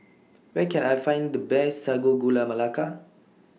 Where Can I Find The Best Sago Gula Melaka